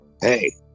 hey